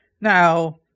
Now